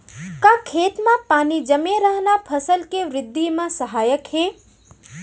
का खेत म पानी जमे रहना फसल के वृद्धि म सहायक हे?